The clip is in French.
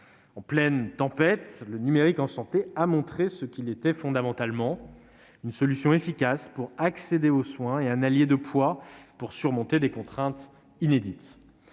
En pleine tempête, le numérique en santé a montré qu'il était fondamentalement une solution efficace pour accéder aux soins et un allié de poids pour surmonter des contraintes inédites.